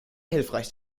hilfreich